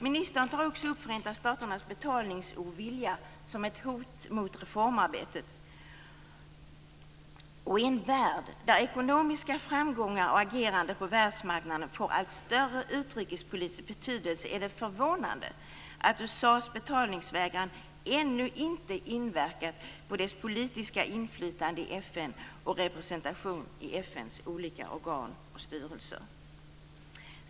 Ministern tar också upp Förenta staternas betalningsovilja som ett hot mot reformarbetet. I en värld där ekonomiska framgångar och agerande på världsmarknaden får allt större utrikespolitisk betydelse är det förvånande att USA:s betalningsvägran ännu inte inverkat på dess politiska inflytande i FN och representation i FN:s olika organ och styrelser.